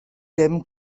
dim